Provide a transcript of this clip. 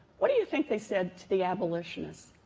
what do you think they said to the abolitionists,